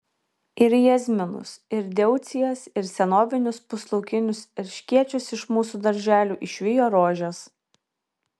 ir jazminus ir deucijas ir senovinius puslaukinius erškėčius iš mūsų darželių išvijo rožės